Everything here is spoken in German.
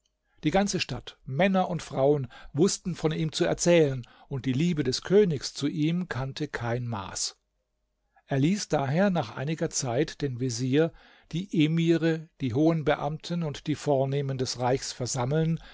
die ganze stadt männer und frauen wußten von ihm zu erzählen und die liebe des königs zu ihm kannte kein maß er ließ daher auch nach einiger zeit den vezier die emire die hohen beamten und die vornehmen des reichs versammeln